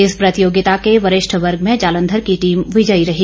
इस प्रतियोगिता के वरिष्ठ वर्ग में जालंधर की टीम विजयी रही